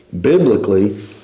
biblically